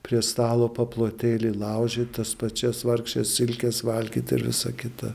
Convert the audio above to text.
prie stalo paplotėlį laužyt tas pačias vargšes silkes valgyt ir visa kita